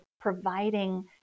providing